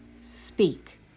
Speak